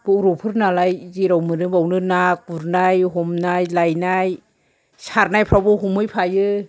बर'फोर नालाय जेराव मोनो बेयावनो ना गुरनाय हमनाय लायनाय सारनायफ्रावबो हमहैफायो